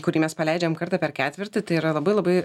kurį mes paleidžiam kartą per ketvirtį tai yra labai labai